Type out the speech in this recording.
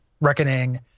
Reckoning